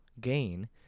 gain